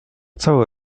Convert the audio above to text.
cały